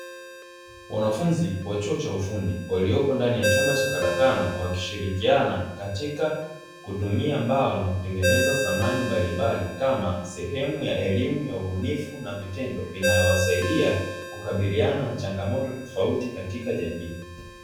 Wanafunzi wa chuo cha ufundi waliopo ndani ya chumba cha karakana, wakishirikiana katika kutumia mbao na kutengeneza samani mbalimbali kama sehemu ya elimu ya ubunifu na vitendo inayo wasaidia kukabiliana na changamoto tofauti katika jamii.